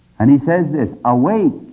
and he says this awake,